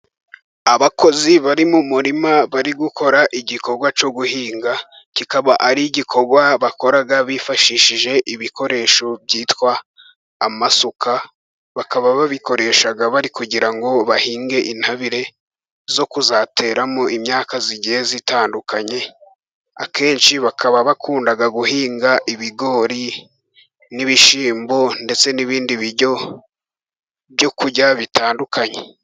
Abakozi bari mu murima, bari gukora igikorwa cyo guhinga, kikaba ari igikorwa bakora bifashishije ibikoresho byitwa amasuka. Bakaba babikoresha bari kugira ngo bahinge intabire zo kuzateramo imyaka igiye itandukanye, akenshi bakaba bakunda guhinga ibigori n'ibishyimbo, ndetse n'ibindi biryo byo kurya bitandukanye.